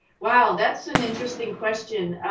wow. that's an interesting question.